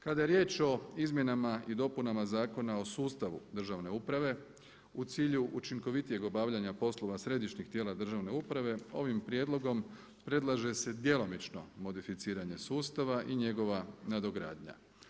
Kada je riječ o izmjenama i dopunama Zakona o sustavu državne uprave u cilju učinkovitijeg obavljanja poslova središnjih tijela državne uprave ovim prijedlogom predlaže se djelomično modificiranje sustava i njegova nadogradnja.